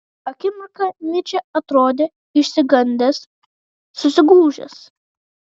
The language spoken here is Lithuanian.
akimirką nyčė atrodė išsigandęs susigūžęs